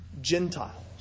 Gentiles